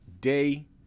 Day